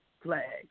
flags